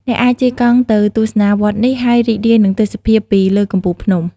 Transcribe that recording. អ្នកអាចជិះកង់ទៅទស្សនាវត្តនេះ ហើយរីករាយនឹងទេសភាពពីលើកំពូលភ្នំ។